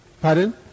Pardon